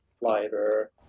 lighter